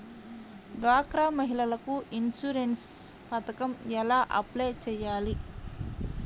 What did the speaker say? డ్వాక్రా మహిళలకు ఇన్సూరెన్స్ పథకం ఎలా అప్లై చెయ్యాలి?